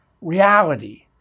reality